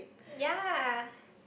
yea